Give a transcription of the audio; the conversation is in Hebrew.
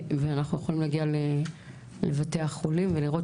ואנחנו יכולים להגיע לבתי החולים ולראות